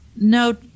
no